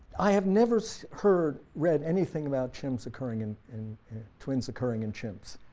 i have never so heard read anything about chimps occurring in in twins occurring in chimps,